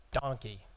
donkey